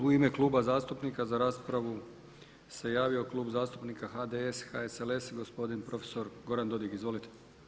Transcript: U ime Kluba zastupnika za raspravu se javio Klub zastupnika HDS, HSLS, gospodin, profesor Goran Dodig, izvolite.